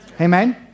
Amen